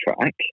track